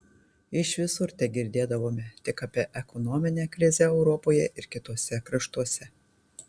iš visur tegirdėdavome tik apie ekonominę krizę europoje ir kituose kraštuose